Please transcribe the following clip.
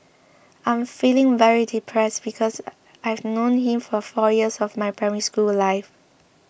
I'm feeling very depressed because I've known him for four years of my Primary School life